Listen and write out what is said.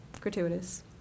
Gratuitous